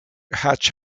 hatch